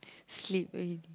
sleep already